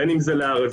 בין אם זה לערבים.